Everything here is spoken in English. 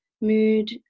mood